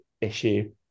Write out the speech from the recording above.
issue